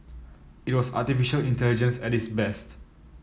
it was artificial intelligence at its best